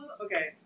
Okay